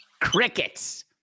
Crickets